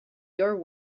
your